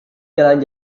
jalan